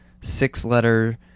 Six-letter